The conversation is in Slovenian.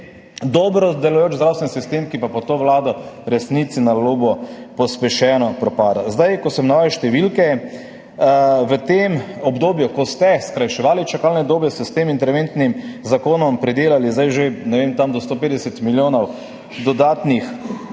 dobro delujoč zdravstveni sistem, ki pa pod to vlado, resnici na ljubo, pospešeno propada. Ker sem navajal številke: v tem obdobju, ko ste skrajševali čakalne dobe, ste s tem interventnim zakonom pridelali, zdaj že, ne vem, tam do 150 milijonov dodatnih